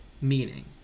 meaning